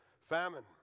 famine